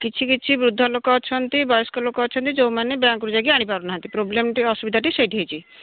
କିଛି କିଛି ବୃଦ୍ଧ ଲୋକ ଅଛନ୍ତି ବୟସ୍କ ଲୋକ ଅଛନ୍ତି ଯେଉଁମାନେ ବ୍ୟାଙ୍କ୍ରୁ ଯାଇକି ଆଣିପାରୁନାହାନ୍ତି ପ୍ରୋବ୍ଲେମ୍ଟି ଅସୁବିଧାଟି ସେଇଠି ହୋଇଛି